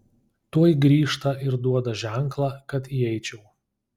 tuoj grįžta ir duoda ženklą kad įeičiau